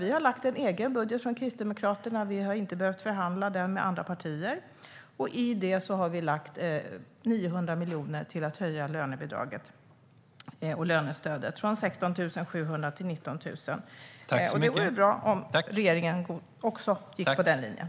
Vi har från Kristdemokraterna lagt fram en egen budget. Vi har inte behövt förhandla den med andra partier. I den budgeten har vi föreslagit 900 miljoner för att höja lönebidraget och lönestödet, från 16 700 kronor till 19 000 kronor. Det vore bra om regeringen också gick på den linjen.